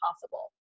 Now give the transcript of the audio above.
possible